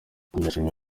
ndashima